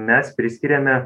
mes priskiriame